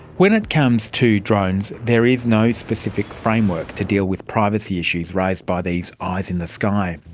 when it comes to drones, there is no specific framework to deal with privacy issues raised by these eyes in the sky.